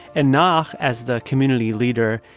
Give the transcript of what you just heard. and naakh, as the community leader,